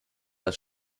das